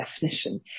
definition